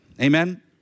Amen